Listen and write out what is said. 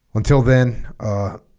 until then ah